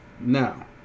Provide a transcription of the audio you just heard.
Now